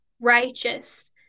righteous